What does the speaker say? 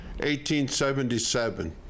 1877